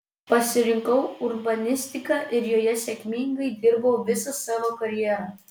pasirinkau urbanistiką ir joje sėkmingai dirbau visą savo karjerą